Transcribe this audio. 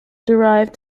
derived